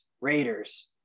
Raiders